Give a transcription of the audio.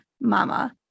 mama